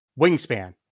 wingspan